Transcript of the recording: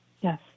Yes